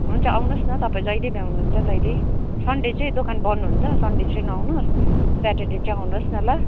हुन्छ आउनुहोस् न तपाईँ जहिले भ्याउनुहुन्छ तहिले सनडे चाहिँ दोकान बन्द हुन्छ सनडे चाहिँ नआउनुहोस् स्याटरडे चाहिँ आउनुहोस् न ल